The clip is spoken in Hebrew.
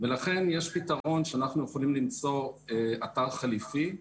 לכן יש פתרון לפיו אנחנו נמצא אתר חליפי,